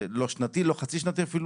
זה לא שנתי, לא חצי שנתי אפילו.